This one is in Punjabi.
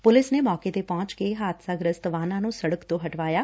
ਪੁਲਿਸ ਨੇ ਮੌਕੇ ਤੇ ਪਹੁੰਚ ਕੇ ਹਾਦਸਾ ਗੁਸਤ ਵਾਹਨਾਂ ਨੂੰ ਸਤਕ ਤੋਂ ਹਟਾਇਆ